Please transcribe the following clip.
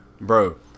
Bro